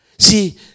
See